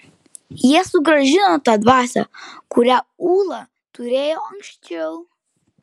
jie sugrąžino tą dvasią kurią ūla turėjo anksčiau